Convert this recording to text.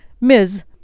Ms